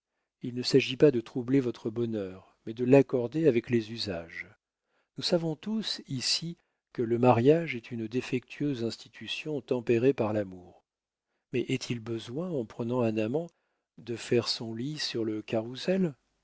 il ne s'agit pas de troubler votre bonheur mais de l'accorder avec les usages nous savons tous ici que le mariage est une défectueuse institution tempérée par l'amour mais est-il besoin en prenant un amant de faire son lit sur le carrousel